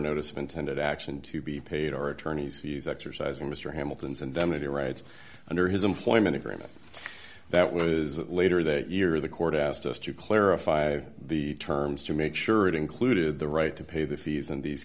notice of intended action to be paid or attorney's fees exercising mr hamilton's indemnity rights under his employment agreement that was later that year the court asked us to clarify the terms to make sure it included the right to pay the fees in these